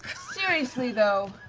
seriously though